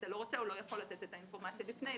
או בעצם לא יכול לתת את האינפורמציה לפניי,